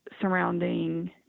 surrounding